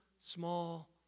small